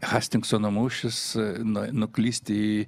hastingsono mūšis na nuklysti